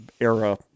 era